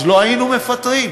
אז לא היינו מפטרים.